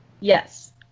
Yes